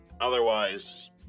Otherwise